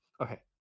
okay